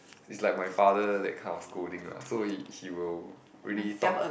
is like my father that kind of scolding lah so he he will really talk